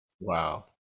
Wow